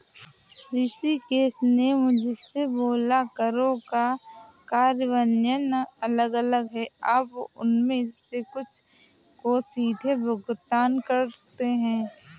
ऋषिकेश ने मुझसे बोला करों का कार्यान्वयन अलग अलग है आप उनमें से कुछ को सीधे भुगतान करते हैं